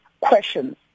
questions